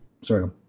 Sorry